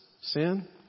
sin